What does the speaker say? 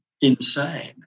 insane